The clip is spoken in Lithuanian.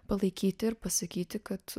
palaikyti ir pasakyti kad